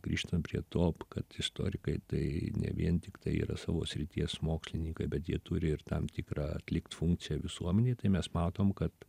grįžtant prie to kad istorikai tai ne vien tiktai yra savo srities mokslininkai bet jie turi ir tam tikrą atlikt funkciją visuomenėj tai mes matom kad